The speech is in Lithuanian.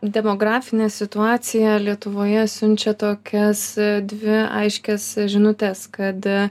demografinė situacija lietuvoje siunčia tokias dvi aiškias žinutes kad